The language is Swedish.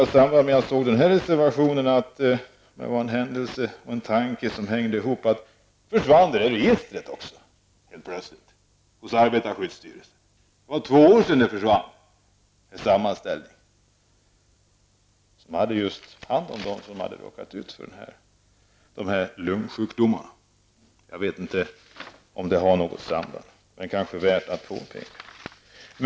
I samband med att jag såg denna reservation upptäckte jag att registret över dem som råkat ut för lungskador helt plötsligt hade försvunnit hos arbetarskyddsstyrelsen för två år sedan. Jag vet inte om detta har något samband. Men det kanske är värt att påpeka.